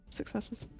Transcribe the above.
successes